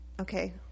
Okay